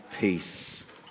peace